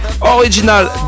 Original